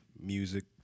music